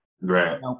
Right